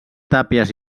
tàpies